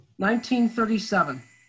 1937